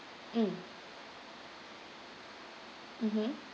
mm mmhmm